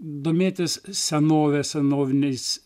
domėtis senovės senoviniais